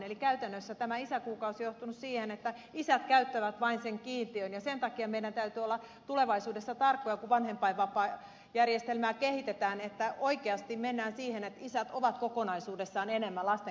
eli käytännössä tämä isäkuukausi on johtanut siihen että isät käyttävät vain sen kiintiön ja sen takia meidän täytyy olla tulevaisuudessa tarkkoja kun vanhempainvapaajärjestelmää kehitetään että oikeasti mennään siihen että isät ovat kokonaisuudessaan enemmän lasten kanssa